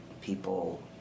people